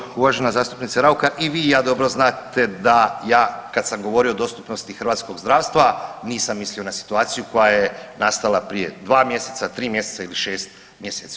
Gospođo uvažena zastupnice Raukar, i vi i ja dobro znate da ja kad sam govorio o dostupnosti hrvatskog zdravstva nisam mislio na situaciju koja je nastala prije dva mjeseca, tri mjeseca ili šest mjeseci.